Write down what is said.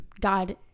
God